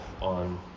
on